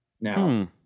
Now